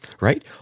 Right